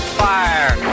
fire